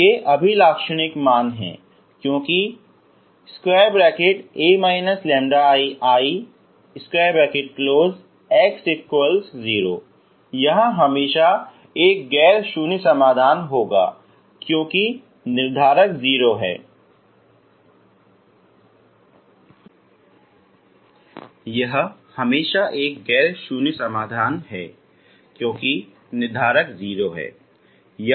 तो ये अभिलक्षणिक मान हैं क्योंकि A iIX0 यह हमेशा एक गैर शून्य समाधान होगा क्योंकि निर्धारक 0 है